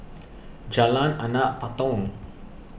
Jalan Anak Patong